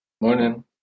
morning